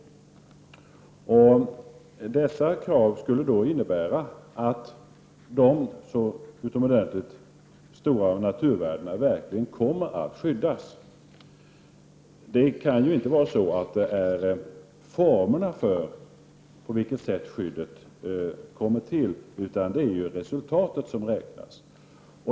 Dessa krav skulle innebära att de utomordentligt stora naturvärdena verkligen kommer att skyddas. Det kan ju inte vara formerna — det sätt på vilket skyddet kommit till — utan resultatet som skall räknas.